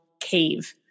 cave